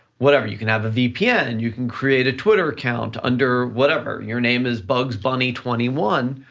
whatever, you can have a vpn and you can create a twitter account under whatever, your name is bugs bunny twenty one,